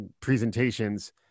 presentations